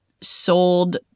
sold